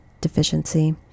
deficiency